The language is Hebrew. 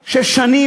ששנים,